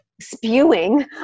spewing